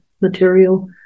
material